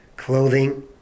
Clothing